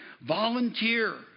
volunteer